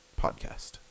podcast